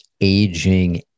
aging